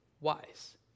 wise